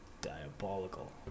Diabolical